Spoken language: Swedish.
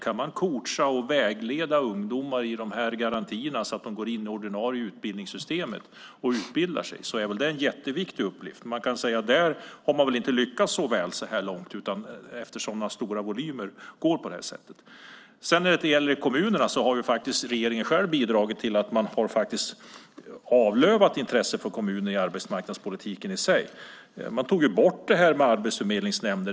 Om man kan coacha och vägleda ungdomar i dessa garantier så att de kan gå in i det ordinarie utbildningssystemet och utbilda sig är det en jätteviktig uppgift. Men där har man väl inte lyckats särskilt väl hittills eftersom så pass stora volymer finns i garantierna. När det gäller kommunerna har regeringen själv bidragit till att avlöva kommunernas intresse i arbetsmarknadspolitiken. Man tog bort arbetsförmedlingsnämnderna.